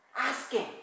asking